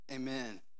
Amen